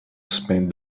spend